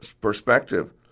perspective